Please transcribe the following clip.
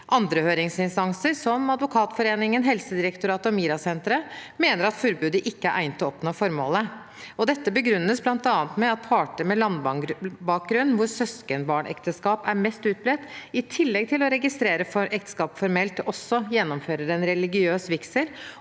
Andre høringsinstanser, som Advokatforeningen, Helsedirektoratet og MiRA-senteret, mener at forbudet ikke er egnet til å oppnå formålet. Dette begrunnes bl.a. med at parter med landbakgrunn hvor søskenbarnekteskap er mest utbredt, i tillegg til å registrere ekteskapet formelt også gjennomfører en religiøs vigsel,